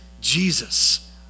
Jesus